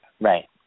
Right